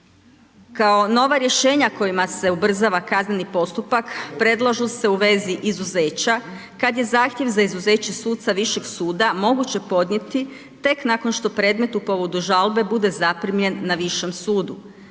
Kao nova rješenja kojima se ubrzava kazneni postupak predlažu se u vezi izuzeća kada je zahtjev za izuzeće suca višeg suda moguće podnijeti tek nakon što predmet u povodu žalbe bude zaprimljen na višem sudu.